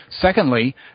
Secondly